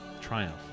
Triumph